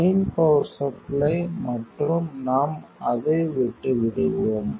main power supply மற்றும் நாம் அதை விட்டு விடுவோம்